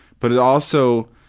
but it also